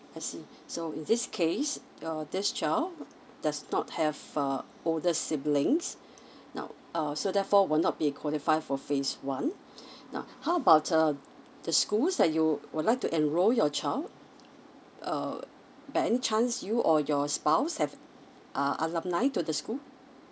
I see so in this case your this child does not have uh older siblings now um so therefore will not be qualify for phase one now how about uh the schools that you would like to enroll your child uh by any chance you or your spouse have uh alumni to the school